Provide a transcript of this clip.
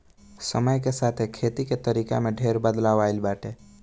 समय के साथे खेती के तरीका में ढेर बदलाव आइल बाटे